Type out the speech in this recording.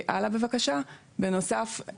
בנוסף,